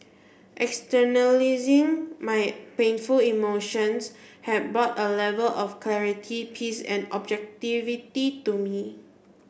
externalising my painful emotions had brought A Level of clarity peace and objectivity to me